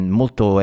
molto